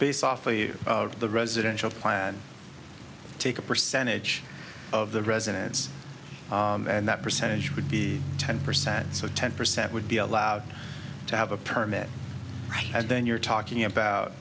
you the residential plan to take a percentage of the residents and that percentage would be ten percent so ten percent would be allowed to have a permit and then you're talking about